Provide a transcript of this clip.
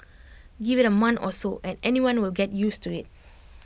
give IT A month or so and anyone will get used to IT